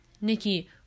Nikki